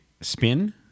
spin